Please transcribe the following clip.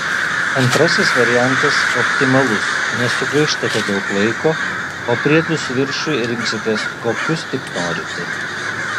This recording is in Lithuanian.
antrasis variantas optimalus nesugaištate daug laiko o priedus viršui rinksitės kokius tik norite